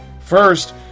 First